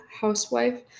housewife